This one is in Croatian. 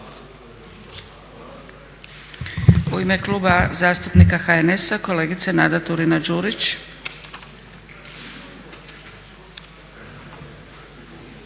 U ime Kluba zastupnika HNS-a kolegica Nada Turina-Đurić.